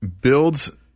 builds